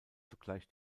zugleich